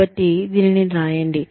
కాబట్టి దీనిని రాయండి